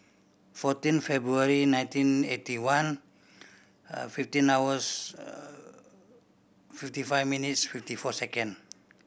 fourteen February nineteen eighty one fifteen hours fifty five minutes fifty four second